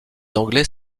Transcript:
anglais